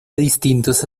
distintos